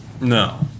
No